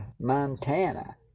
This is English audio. Montana